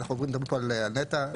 אנחנו מדברים על נת"ע,